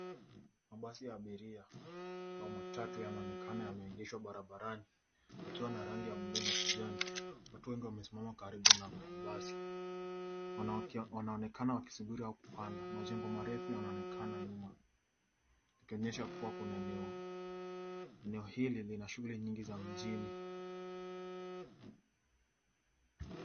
Mabasi ya abiria au matatu yanaonekana yameegeshwa barabarani yakiwa na rangi ya buluu na kijani. Watu wengi wamesimama karibu na mabasi. Wanaonekana wakisubiri au kupanda. Majengo marefu yanaonekana nyuma likionyesha kuwa eneo hili lina shughuli nyingi za mjini.